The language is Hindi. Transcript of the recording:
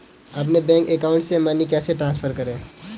अपने बैंक अकाउंट से मनी कैसे ट्रांसफर करें?